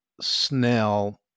Snell